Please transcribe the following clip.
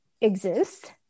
Exist